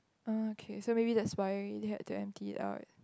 ah okay so maybe that's why they had to empty it out